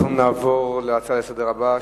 אנחנו נעבור להצעה לסדר-היום הבאה,